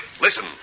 Listen